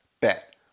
bet